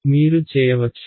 మీరు చేయవచ్చు